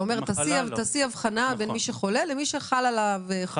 אתה אומר: תעשי הבחנה בין מי שחולה לבין מי שחלה עליו חובת בידוד.